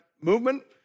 movement